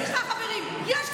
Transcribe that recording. סליחה, חברים, יש גבול.